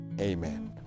Amen